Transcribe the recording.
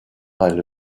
elle